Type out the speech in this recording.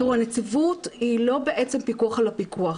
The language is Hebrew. הנציבות היא לא פיקוח על הפיקוח,